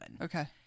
Okay